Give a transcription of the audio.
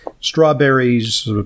strawberries